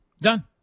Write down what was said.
Done